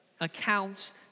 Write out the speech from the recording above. accounts